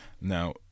Now